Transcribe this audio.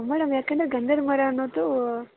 madam ಯಾಕಂದರೆ ಗಂಧದ ಮರ ಅನ್ನೋದು